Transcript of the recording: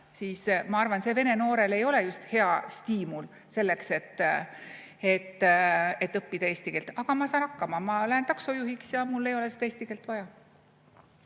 siis ma arvan, et see vene noorele ei ole just hea stiimul selleks, et õppida eesti keelt. "Ma saan hakkama, ma lähen taksojuhiks ja mul ei ole seda eesti keelt vaja."